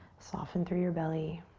soften through your belly,